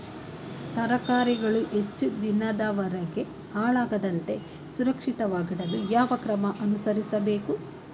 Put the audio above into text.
ತರಕಾರಿಗಳು ಹೆಚ್ಚು ದಿನದವರೆಗೆ ಹಾಳಾಗದಂತೆ ಸುರಕ್ಷಿತವಾಗಿಡಲು ಯಾವ ಕ್ರಮ ಅನುಸರಿಸಬೇಕು?